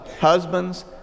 husbands